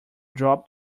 drop